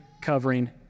covering